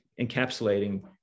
encapsulating